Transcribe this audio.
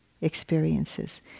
experiences